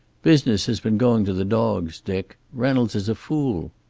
business has been going to the dogs, dick. reynolds is a fool.